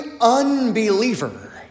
unbeliever